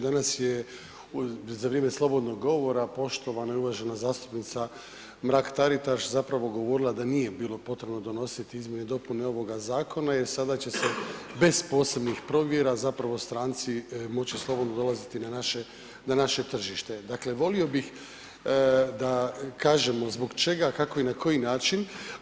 Danas je za vrijeme slobodnog govora poštovana i uvažena zastupnica Mrak Taritaš govorila da nije bilo potrebno donositi izmjene i dopune ovoga zakona jel sada će se bez posebnih provjera stranci moći slobodno dolaziti na naše tržište, volio bih da kažemo zbog čega, kako i na koji način.